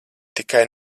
tikai